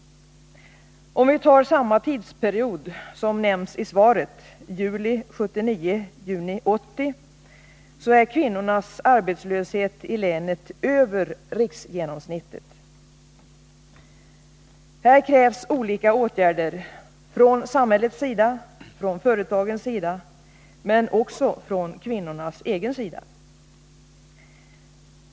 Om vi ser på samma tidsperiod som nämns svaret, juli 1979-juni 1980, finner vi att arbetslösheten för kvinnorna i länet ligger över riksgenomsnittet. Här krävs olika åtgärder — inte bara från samhällets och företagens sida utan också från kvinnornas sida.